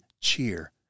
cheer